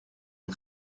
yng